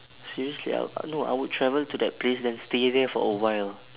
seriously I'll no I would travel to that place then stay there for a while